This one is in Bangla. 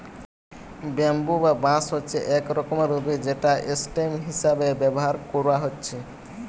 ব্যাম্বু বা বাঁশ হচ্ছে এক রকমের উদ্ভিদ যেটা স্টেম হিসাবে ব্যাভার কোরা হচ্ছে